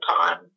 time